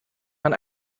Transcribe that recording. man